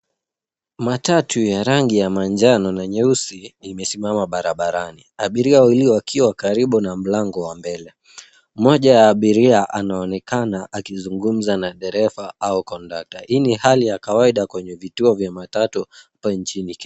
Matatu ya rangi ya manjano na nyeusi imesimama barabarani abiria wawili wakiwa karibu na mlango wa mbele. Mmoja wa abiria anaonekana akizungumza na dereva au kondakta. Hii ni hali ya kawaida kwenye vituo vya matatu hapa nchini Kenya.